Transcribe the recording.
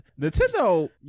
Nintendo